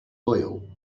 oil